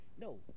no